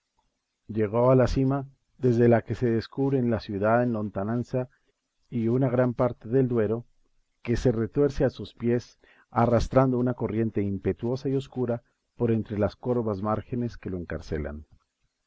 llegó a la cima desde la que se descubren la ciudad en lontananza y una gran parte del duero que se retuerce a sus pies arrastrando una corriente impetuosa y oscura por entre las corvas márgenes que lo encarcelan